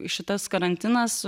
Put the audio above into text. šitas karantinas